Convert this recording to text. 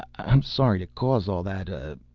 i'm sorry to cause all that, ah,